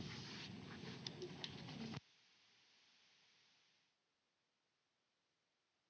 Kiitos,